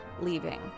leaving